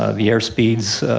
ah the air speeds,